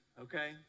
okay